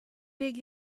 big